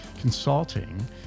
consulting